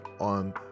on